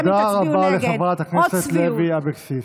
תודה רבה לחברת הכנסת לוי אבקסיס.